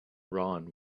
ron